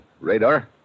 Radar